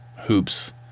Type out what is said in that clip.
hoops